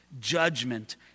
judgment